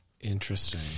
Interesting